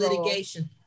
litigation